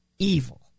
evil